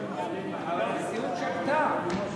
הנשיאות קבעה דיון משולב,